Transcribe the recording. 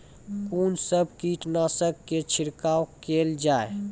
कून सब कीटनासक के छिड़काव केल जाय?